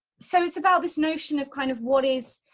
so it's about this notion of kind of what is,